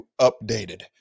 updated